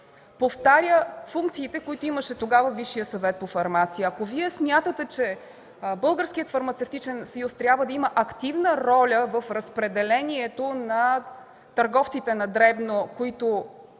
повтаря функциите, които имаше тогава Висшият съвет по фармация. Ако Вие смятате, че Българският фармацевтичен съюз трябва да има активна роля в разпределението на търговците на дребно, които